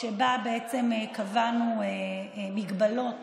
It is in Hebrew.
שבה בעצם קבענו מגבלות